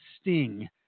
sting